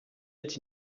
est